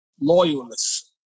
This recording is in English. Loyalists